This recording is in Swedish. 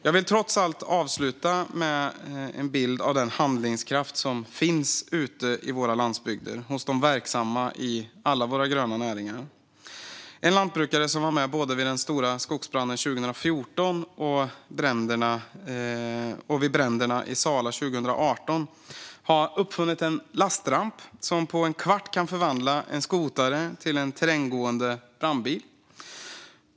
Jag vill trots allt avsluta med en bild av den handlingskraft som finns ute i våra landsbygder hos de verksamma i alla våra gröna näringar. En lantbrukare som var med både vid den stora skogsbranden 2014 och vid bränderna i Sala 2018 har uppfunnit en lastramp som på en kvart kan förvandla en skotare till en terränggående brandbil.